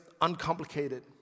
uncomplicated